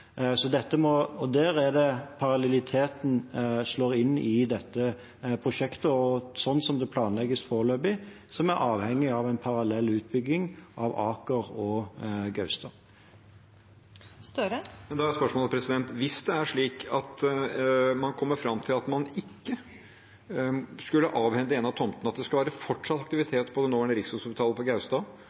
er der parallelliteten slår inn i dette prosjektet. Sånn som det planlegges foreløpig, er vi avhengige av en parallell utbygging av Aker og Gaustad. Men da er spørsmålet: Hvis det er slik at man kommer fram til at man ikke skal avhende en av tomtene, at det skal være fortsatt aktivitet på det nåværende Rikshospitalet på Gaustad